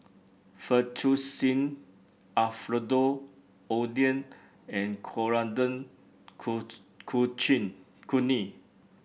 Fettuccine Alfredo Oden and Coriander Chutney